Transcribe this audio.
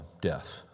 death